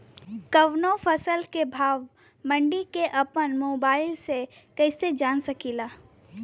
कवनो फसल के भाव मंडी के अपना मोबाइल से कइसे जान सकीला?